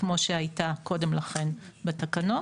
כמו שהייתה קודם לכן בתקנות.